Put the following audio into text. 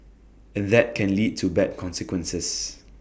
and that can lead to bad consequences